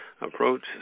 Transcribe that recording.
Approach